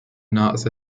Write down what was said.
nase